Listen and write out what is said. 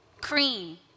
cream